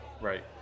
right